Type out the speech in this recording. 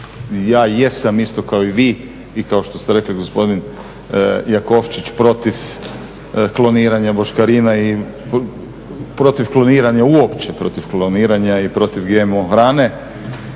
Ja jesam isto kao i vi i kao što ste rekli gospodin Jakovčić protiv kloniranja boškarina i protiv kloniranja uopće protiv kloniranja i protiv GMO hrane.